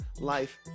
life